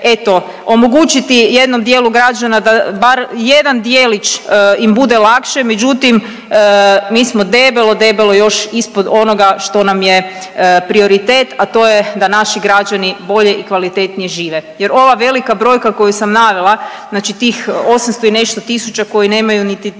eto omogućiti jednom dijelu građana da bar jedan djelić im bude lakše, međutim mi smo debelo debelo još ispod onoga što nam je prioritet, a to je da naši građani bolje i kvalitetnije žive. Jer ova velika brojka koju sam navela znači tih 800 i nešto tisuća koji nemaju niti 3-3,5